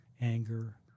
anger